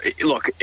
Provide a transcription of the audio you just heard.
look